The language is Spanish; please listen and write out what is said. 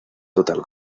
total